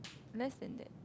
less than that